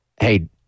hey